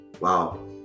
Wow